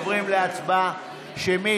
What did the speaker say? אנחנו עוברים להצבעה שמית.